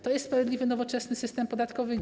To jest sprawiedliwy, nowoczesny system podatkowy?